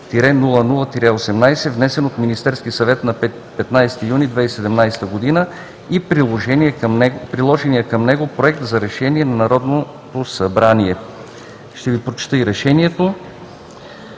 702-00-18, внесен от Министерски съвет на 15 юни 2017 г., и приложения към него Проект за решение на Народното събрание.“ Ще Ви прочета и Решението: